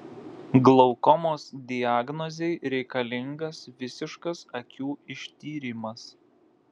glaukomos diagnozei reikalingas visiškas akių ištyrimas